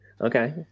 Okay